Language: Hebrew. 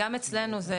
גם אצלנו זה,